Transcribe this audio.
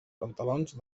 pantalons